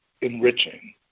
enriching